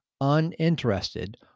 uninterested